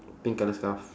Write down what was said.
pink colour scarf